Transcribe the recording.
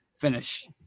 finish